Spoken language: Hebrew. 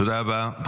תודה רבה, גברתי.